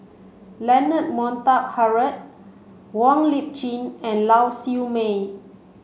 Leonard Montague Harrod Wong Lip Chin and Lau Siew Mei